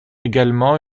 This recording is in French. également